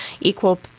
equal